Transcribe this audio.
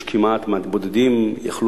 יש כמעט, מעט, בודדים יכלו